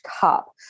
cup